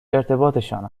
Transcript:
ارتباطشان